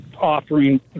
offering